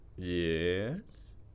Yes